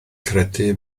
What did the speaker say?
credu